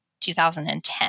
2010